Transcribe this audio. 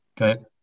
Okay